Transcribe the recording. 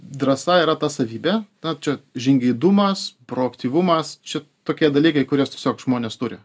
drąsa yra ta savybė na čia žingeidumas proaktyvumas čia tokie dalykai kuriuos tiesiog žmonės turi